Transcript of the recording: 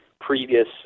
previous